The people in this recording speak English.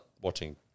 watching